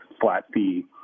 flat-fee